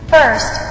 First